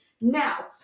Now